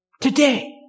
Today